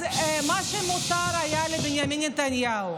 אז מה שמותר היה לבנימין נתניהו,